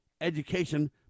education